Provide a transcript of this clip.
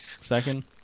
second